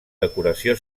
decoració